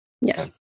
Yes